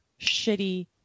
shitty